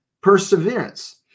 perseverance